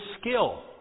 skill